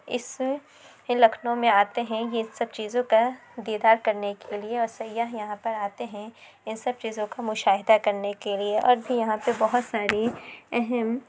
اس یہ لکھنؤ میں آتے ہیں یہ سب چیزوں کا دیدار کرنے کے لیے اور سیاح یہاں پر آتے ہیں ان سب چیزوں کا مشاہدہ کرنے کے لیے اور بھی یہاں پہ بہت ساری اہم